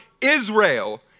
Israel